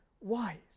wise